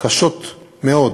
קשות מאוד,